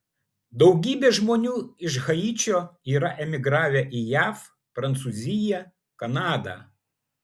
daugybė žmonių iš haičio yra emigravę į jav prancūziją kanadą